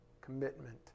Commitment